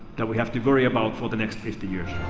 that we have to worry about for the next fifty years.